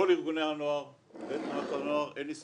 כל ארגוני הנוער ותנועות הנוער אין לי ספק,